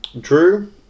Drew